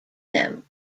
them